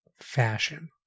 fashion